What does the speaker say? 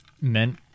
meant